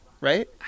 right